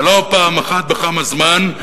ולא פעם אחת בכמה זמן,